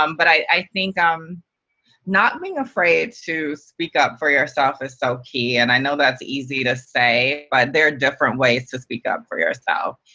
um but i think um not being afraid to speak up for yourself is so key. and i know that's easy to say, but there are different ways to speak up for yourself.